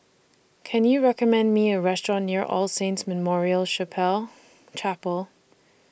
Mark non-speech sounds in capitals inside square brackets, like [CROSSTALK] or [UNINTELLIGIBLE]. Can YOU recommend Me A Restaurant near All Saints Memorial [UNINTELLIGIBLE] Chapel